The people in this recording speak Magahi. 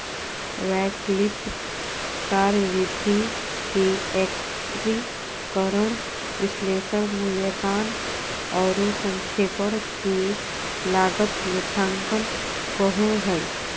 वैकल्पिक कार्यविधि के एकत्रीकरण, विश्लेषण, मूल्यांकन औरो संक्षेपण के लागत लेखांकन कहो हइ